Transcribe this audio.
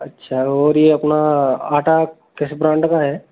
अच्छा और ये अपना आटा किस ब्रांड का है